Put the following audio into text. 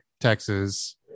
Texas